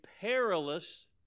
perilous